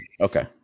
Okay